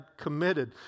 committed